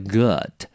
good